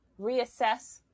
reassess